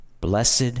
Blessed